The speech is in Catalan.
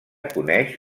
coneix